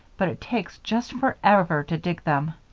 but it takes just forever to dig them,